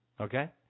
okay